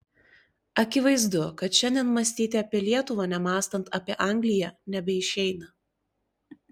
akivaizdu kad šiandien mąstyti apie lietuvą nemąstant apie angliją nebeišeina